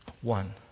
One